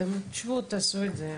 אתם תשבו תעשו את זה.